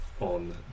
on